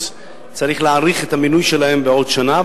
צריך להאריך את המינוי שלהם בעוד שנה.